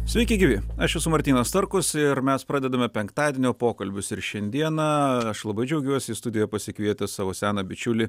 sveiki gyvi aš esu martynas starkus ir mes pradedame penktadienio pokalbius ir šiandieną aš labai džiaugiuosi į studiją pasikvietęs savo seną bičiulį